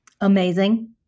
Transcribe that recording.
Amazing